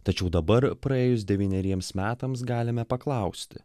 tačiau dabar praėjus devyneriems metams galime paklausti